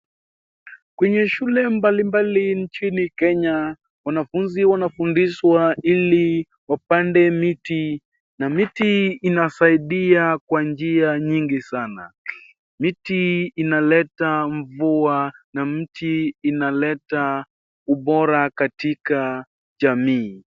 Kwenye shule mbalimbali nchini Kenya wanafunzi wanafundishwa ili wapande miti na miti inasaidia kwa njia nyingi sana, miti inaleta mvua na miti inaleta ubora katika jamii.